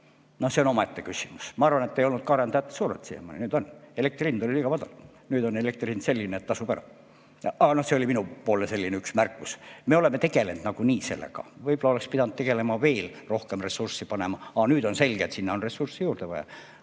No see on omaette küsimus. Ma arvan, et ei olnud arendajate survet siiamaani, nüüd on. Elektri hind oli liiga madal. Nüüd on elektri hind selline, et tasub ära. Aga see oli minu üks märkus. Me oleme tegelenud nagunii sellega. Võib-olla oleks pidanud tegelema veel ja rohkem ressurssi panema, aga nüüd on selge, et sinna on ressursse juurde vaja.